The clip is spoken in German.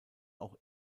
auch